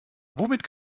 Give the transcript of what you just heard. womit